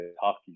hockey